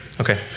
okay